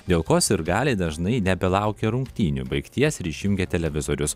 dėl ko sirgaliai dažnai nebelaukia rungtynių baigties ir išjungia televizorius